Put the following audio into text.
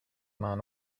man